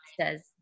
says